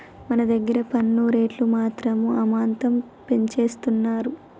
మన దగ్గర పన్ను రేట్లు మాత్రం అమాంతం పెంచేస్తున్నారు